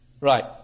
Right